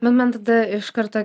man tada iš karto